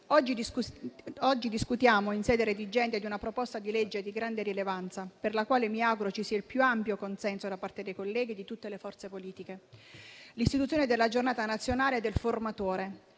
oggi dalla sede redigente un disegno di legge di grande rilevanza, sul quale mi auguro ci sarà il più ampio consenso da parte dei colleghi di tutte le forze politiche: l'istituzione della Giornata nazionale del formatore.